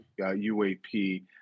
UAP